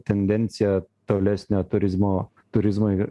tendenciją tolesnio turizmo turizmui